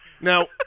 Now